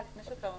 לפני שאתה עונה,